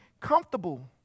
comfortable